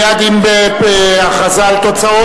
מייד עם ההכרזה על תוצאות,